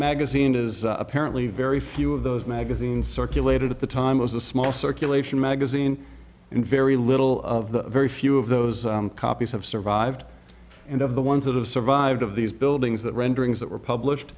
magazine is apparently very few of those magazines circulated at the time was a small circulation magazine and very little of the very few of those copies have survived and of the ones that have survived of these buildings that renderings that were published